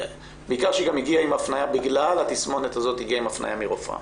בגלל התסמונת הזאת, היא הגיעה עם הפניה מרופאה.